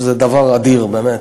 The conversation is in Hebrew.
זה דבר אדיר, באמת.